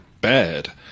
bad